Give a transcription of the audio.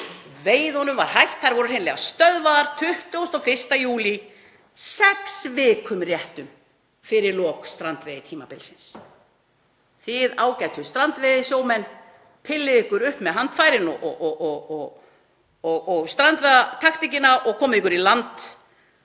Veiðunum var hætt, þær voru hreinlega stöðvaðar 21. júlí, réttum sex vikum fyrir lok strandveiðitímabilsins. Þið, ágætu strandveiðisjómenn, pillið ykkur upp með handfærin og strandveiðataktíkina og komið ykkur í land.